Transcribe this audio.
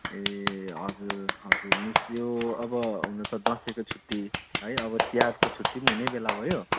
ए हजुर हजुर मिस त्यो अब हुनु त दसैँको छुट्टी है अब तिहारको छुट्टी पनि हुने बेला भयो